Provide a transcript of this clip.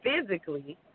physically